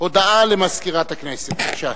הודעה למזכירת הכנסת, בבקשה.